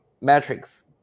metrics